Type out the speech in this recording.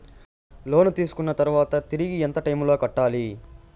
లోను తీసుకున్న తర్వాత తిరిగి ఎంత టైములో కట్టాలి